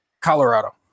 Colorado